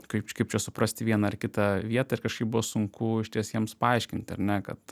kaip kaip čia suprasti vieną ar kitą vietą ir kažkaip buvo sunku išties jiems paaiškinti ar ne kad